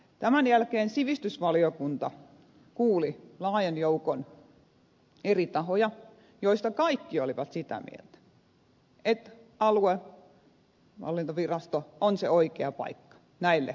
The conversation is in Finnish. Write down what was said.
tämän jälkeen sivistysvaliokunta kuuli laajan joukon eri tahoja joista kaikki olivat sitä mieltä että aluehallintovirasto on se oikea paikka näille kolmelle toimialalle